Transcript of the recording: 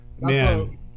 Man